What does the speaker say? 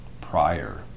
prior